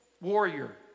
warrior